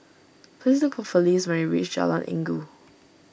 please look for Felice when you reach Jalan Inggu